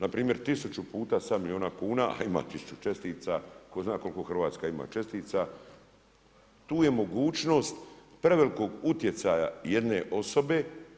Npr. 1000 puta 7 milijuna kuna a ima 1000 čestica, tko zna koliko Hrvatska ima čestica, tu je mogućnost prevelikog utjecaja jedne osobe.